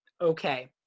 okay